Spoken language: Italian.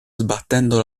sbattendo